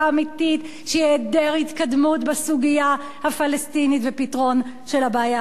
שהיא היעדר התקדמות בסוגיה הפלסטינית ופתרון של הבעיה הפלסטינית.